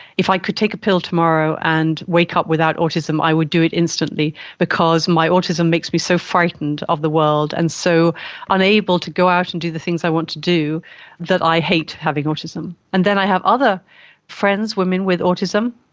if i could take a pill tomorrow and wake up without autism i would do it instantly because my autism makes me so frightened of the world and so unable to go out and do the things i want to do that i hate having autism. and then i have other friends, women with autism,